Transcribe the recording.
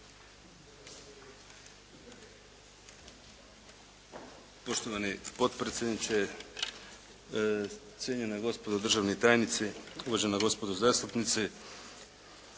Poštovani potpredsjedniče, cijenjena gospodo državni tajnici, uvažena gospodo zastupnici.